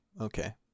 Okay